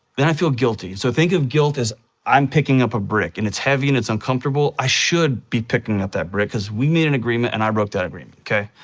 then i feel guilty. so, think of guilt as i'm picking up a brick, and it's heavy, and it's uncomfortable. i should be picking up that brick because we made an agreement, and i broke that agreement. okay?